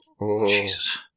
Jesus